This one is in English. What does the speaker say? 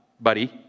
buddy